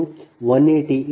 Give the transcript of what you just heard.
ಮತ್ತು ಈ P g1 188